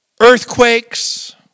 earthquakes